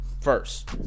first